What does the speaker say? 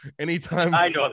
Anytime